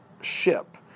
ship